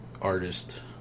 artist